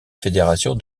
fédération